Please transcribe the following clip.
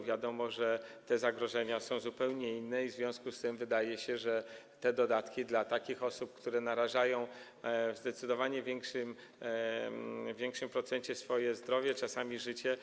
Wiadomo, że te zagrożenia są zupełnie inne, i w związku z tym wydaje się, że dodatki dla tych, którzy narażają w zdecydowanie większym procencie swoje zdrowie, czasami życie.